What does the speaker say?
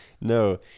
No